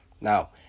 Now